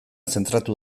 zentratu